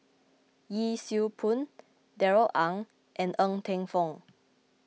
Yee Siew Pun Darrell Ang and Ng Teng Fong